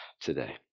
today